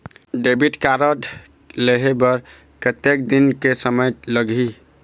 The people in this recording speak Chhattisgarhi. डेबिट कारड लेहे बर कतेक दिन के समय लगही?